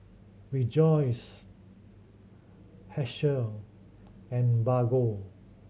Rejoice Herschel and Bargo